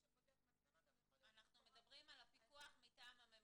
שפותח מצלמה יכול גם --- אנחנו מדברים על הפיקוח מטעם הממונה.